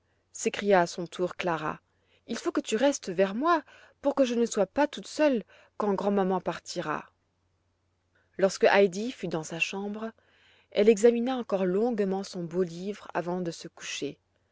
s'écria à son tour clara il faut que tu restes vers moi pour que je ne sois pas toute seule quand grand'maman partira lorsque heidi fut dans sa chambre elle examina encore longuement son beau livre avant de se coucher